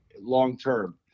long-term